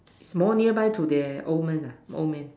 is more nearby to that old man nah old man